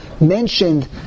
mentioned